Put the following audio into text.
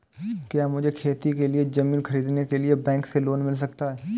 क्या मुझे खेती के लिए ज़मीन खरीदने के लिए बैंक से लोन मिल सकता है?